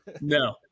no